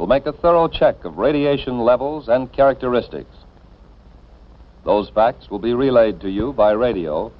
will make the federal check of radiation levels and characteristics those facts will be relayed to you by radio